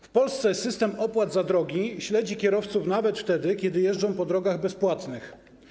W Polsce system opłat za drogi śledzi kierowców nawet wtedy, kiedy jeżdżą po drogach bezpłatnych.